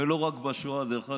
ולא רק בשואה, דרך אגב,